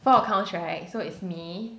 four accounts right so it's me